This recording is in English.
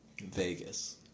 Vegas